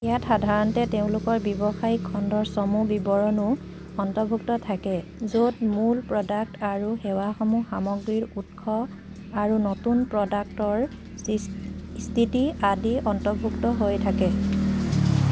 ইয়াত সাধাৰণতে তেওঁলোকৰ ব্যৱসায়িক খণ্ডৰ চমু বিৱৰণো অন্তৰ্ভুক্ত থাকে য'ত মূল প্ৰ'ডাক্ট আৰু সেৱাসমূহ সামগ্ৰীৰ উৎস আৰু নতুন প্ৰ'ডাক্টৰ চি স্থিতি আদি অন্তৰ্ভুক্ত হৈ থাকে